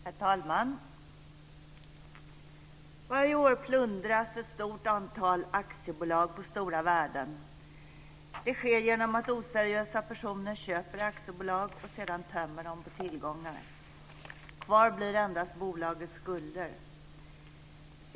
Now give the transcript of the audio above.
Herr talman! Varje år plundras ett stort antal aktiebolag på stora värden. Det sker genom att oseriösa personer köper aktiebolag och sedan tömmer dem på tillgångar. Kvar blir endast bolagets skulder.